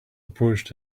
approached